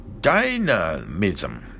dynamism